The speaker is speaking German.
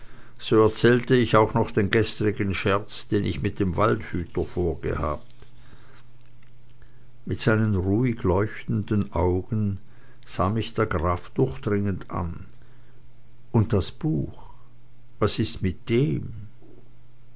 so erzählte ich auch noch den gestrigen scherz den ich mit dem waldhüter vorgehabt mit seinen ruhig leuchtenden augen sah mich der graf durchdringend an und das buch was ist's mit dem